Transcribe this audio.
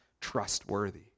trustworthy